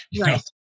Right